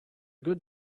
good